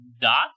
Dot